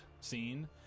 scene